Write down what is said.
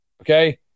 okay